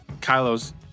Kylo's